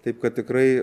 taip kad tikrai